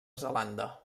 zelanda